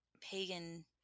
pagan